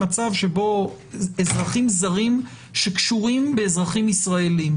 מצב שבו אזרחים זרים שקשורים באזרחים ישראלים,